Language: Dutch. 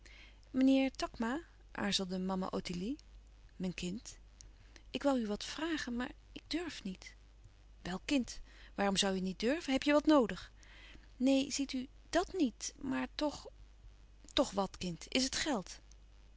meneer takma aarzelde mama ottilie mijn kind ik woû u wat vragen maar ik durf niet wel kind waarom zoû je niet durven heb je wat noodig neen ziet u dàt niet maar toch toch wat kind is het geld